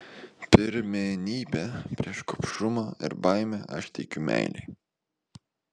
pirmenybę prieš gobšumą ir baimę aš teikiu meilei